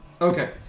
Okay